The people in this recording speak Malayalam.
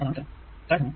അതാണ് ഉത്തരം